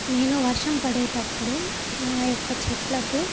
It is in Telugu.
నేను వర్షం పడేటప్పుడు మా యొక్క చెట్లకు